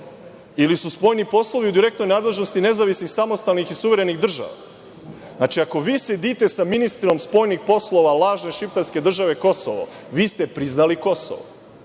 ili su spoljni poslovi u direktnoj nadležnosti nezavisnih samostalnih i suverenih država? Znači, ako vi sedite sa ministrom spoljnih poslova lažne šiptarske države Kosovo, vi ste priznali Kosovo.